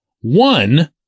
One